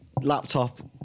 laptop